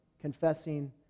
confessing